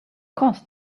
course